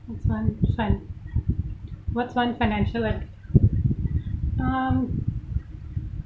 what's one one what's one financial ad~ um